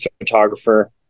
photographer